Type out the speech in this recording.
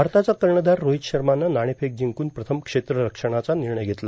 भारताचा कर्णधार रोहित शर्मानं नाणेफेक जिंकून प्रथम क्षेत्ररक्षणाचा निर्णय धेतला